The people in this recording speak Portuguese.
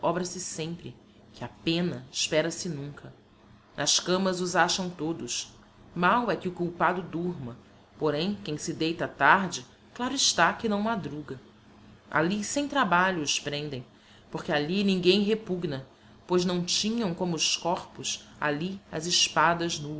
sempre que a pena espera se nunca nas camas os acham todos mau é que o culpado durma porém quem se deita tarde claro está que não madruga alli sem trabalho os prendem porque alli ninguem repugna pois não tinham como os corpos alli as espadas